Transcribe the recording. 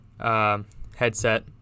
Headset